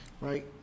right